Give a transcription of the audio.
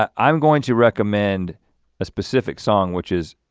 um i'm going to recommend a specific song which is,